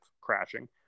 crashing